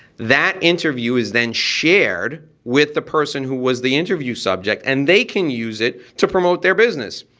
that interview is then shared with the person who was the interview subject and they can use it to promote their business.